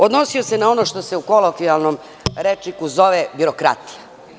Odnosio se na ono što se u kolokvijalnom rečniku zove birokratija.